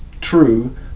true